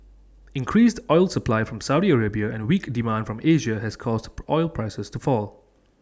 increased oil supply from Saudi Arabia and weak demand from Asia has caused oil prices to fall